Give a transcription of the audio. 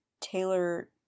Taylor